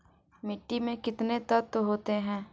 मिट्टी में कितने तत्व होते हैं?